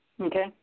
Okay